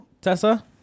tessa